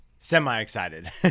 Semi-excited